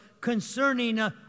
concerning